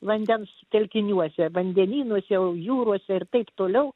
vandens telkiniuose vandenynuose jūrose ir taip toliau